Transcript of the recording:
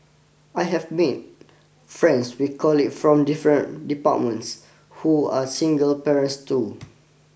I have made friends with colleague from different departments who are single parents too